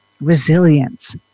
resilience